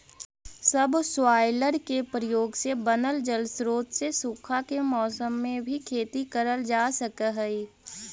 subsoiler के प्रयोग से बनल जलस्रोत से सूखा के मौसम में भी खेती करल जा सकऽ हई